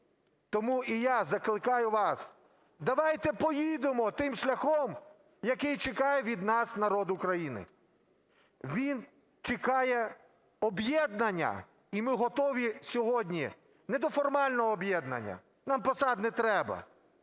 Тому і я закликаю вас: давайте поїдемо тим шляхом, який чекає від нас народ України. Він чекає об'єднання, і ми готові сьогодні… Не до формального об'єднання, нам посад не треба,